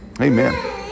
amen